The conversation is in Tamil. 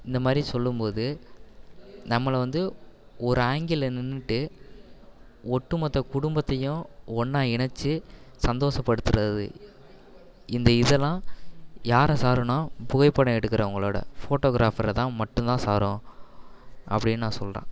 இந்தமாதிரி சொல்லும்போது நம்மளை வந்து ஒரு ஆங்கிலில் நின்றுட்டு ஒட்டுமொத்த குடும்பத்தையும் ஒன்றா இணைத்து சந்தோஷப்படுத்துறது இந்த இதெல்லாம் யாரை சாருன்னால் புகைப்படம் எடுக்கிறவங்களோட ஃபோட்டோகிராஃபரைதான் மட்டும்தான் சாரும் அப்படின்னு நான் சொல்கிறேன்